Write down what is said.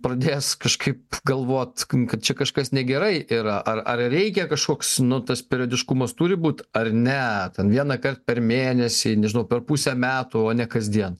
pradės kažkaip galvot kad čia kažkas negerai yra ar ar reikia kažkoks nu tas periodiškumas turi būt ar ne ten vienąkart per mėnesį nežinau per pusę metų o ne kasdien